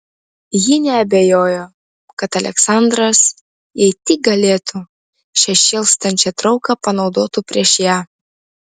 ji neabejojo kad aleksandras jei tik galėtų šią šėlstančią trauką panaudotų prieš ją